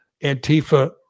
Antifa